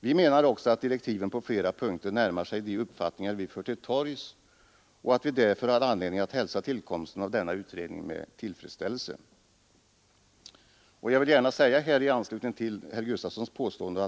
Vi menar också att direktiven på 29 november 1972 flera punkter närmar sig de uppfattningar som vi fört till torgs och att vi därför har anledning att hälsa tillfredsställelse.